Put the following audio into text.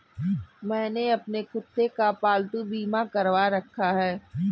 मैंने अपने कुत्ते का पालतू बीमा करवा रखा है